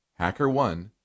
HackerOne